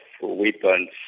weapons